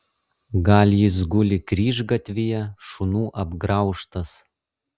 gal jis guli kryžgatvyje šunų apgraužtas